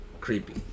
Creepy